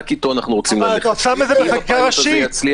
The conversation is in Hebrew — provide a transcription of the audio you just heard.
אם הוא יצליח,